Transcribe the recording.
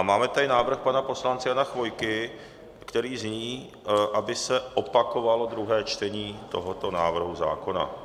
Máme tady návrh pana poslance Jana Chvojky, který zní, aby se opakovalo druhé čtení tohoto návrhu zákona.